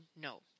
no